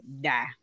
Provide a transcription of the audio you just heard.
die